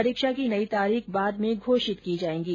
परीक्षा की नई तारीख बाद में घोषित की जाएंगी